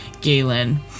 Galen